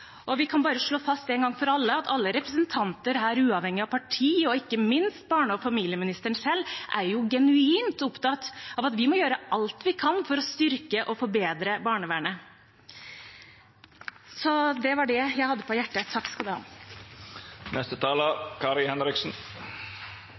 Vi kan bare slå fast en gang for alle at alle representanter her, uavhengig av parti – og ikke minst barne- og familieministeren selv – er genuint opptatt av at vi må gjøre alt vi kan for å styrke og forbedre barnevernet. Det var det jeg hadde på hjertet. Jeg vet nesten ikke hvor jeg skal